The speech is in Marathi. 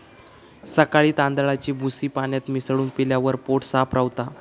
सकाळी तांदळाची भूसी पाण्यात मिसळून पिल्यावर पोट साफ रवता